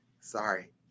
sorry